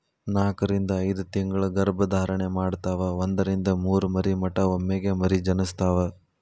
ನಾಕರಿಂದ ಐದತಿಂಗಳ ಗರ್ಭ ಧಾರಣೆ ಮಾಡತಾವ ಒಂದರಿಂದ ಮೂರ ಮರಿ ಮಟಾ ಒಮ್ಮೆಗೆ ಮರಿ ಜನಸ್ತಾವ